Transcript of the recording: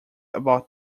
about